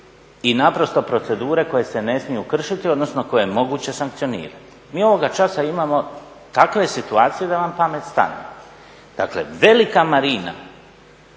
i naprosto procedure koje se ne smiju kršiti, odnosno koje je moguće sankcionirati. Mi ovoga časa imamo takve situacije da vam pamet stane. Dakle, velika marina